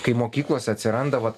kai mokyklose atsiranda vat